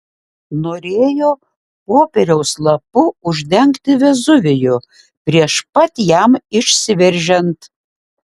norėjo popieriaus lapu uždengti vezuvijų prieš pat jam išsiveržiant